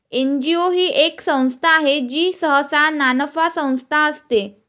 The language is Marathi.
एन.जी.ओ ही एक संस्था आहे जी सहसा नानफा संस्था असते